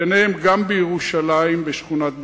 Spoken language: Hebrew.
ביניהם גם בירושלים, בשכונת בית-הכרם,